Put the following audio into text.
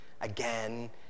again